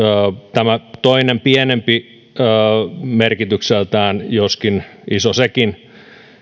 tämä toinen pienempi merkitykseltään joskin iso sekin